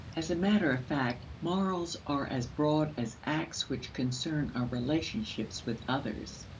as a matter of fact, morals are as broad as acts which concern our relationships with others.